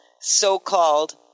so-called